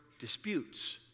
disputes